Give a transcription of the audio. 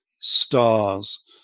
stars